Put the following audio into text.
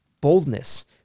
boldness